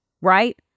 right